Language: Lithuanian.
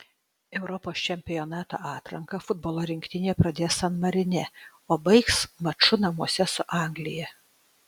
europos čempionato atranką futbolo rinktinė pradės san marine o baigs maču namuose su anglija